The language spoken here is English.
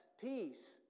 peace